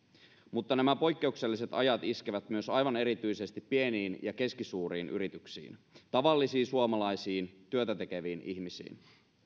mutta nämä poikkeukselliset ajat iskevät myös aivan erityisesti pieniin ja keskisuuriin yrityksiin tavallisiin suomalaisiin työtä tekeviin ihmisiin